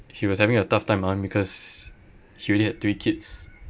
he was having a tough time in army because she already had three kids